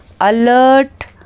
alert